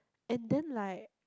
and then like